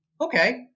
Okay